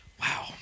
wow